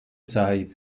sahip